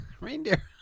Reindeer